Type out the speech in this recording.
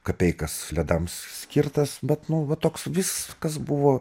kapeikas ledams skirtas bet nu va toks viskas buvo